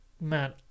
man